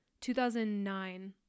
2009